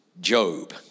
Job